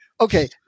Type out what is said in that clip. Okay